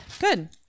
Good